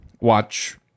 watch